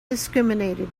discriminated